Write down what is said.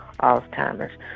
Alzheimer's